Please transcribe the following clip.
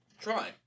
try